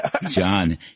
John